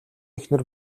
эхнэр